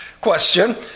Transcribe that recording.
question